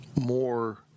more